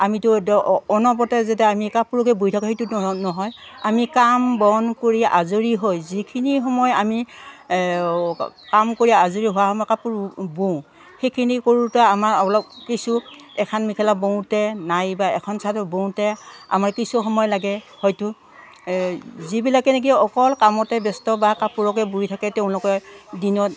আমিতো অনবৰতে যদি আমি কাপোৰকে বুই থাকোঁ সেইটো ধ নহয় আমি কাম বন কৰি আজৰি হৈ যিখিনি সময় আমি কাম কৰি আজৰি হোৱা সময় কাপোৰ বওঁ সেইখিনি কৰোঁতে আমাৰ অলপ কিছু এখন মেখেলা বওঁতে নাইবা এখন চাদৰ বওঁতে আমাৰ কিছু সময় লাগে হয়তো যিবিলাকে নেকি অকল কামতে ব্যস্ত বা কাপোৰকে বুই থাকে তেওঁলোকে দিনত